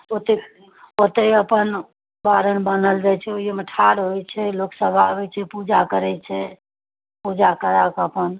ओते ओते अपन बारन बनल रहैत छै ओहिमे ठाढ़ होइत छै लोक सब आबैत छै पूजा करैत छै पूजा कयलाके अपन